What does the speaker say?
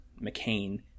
mccain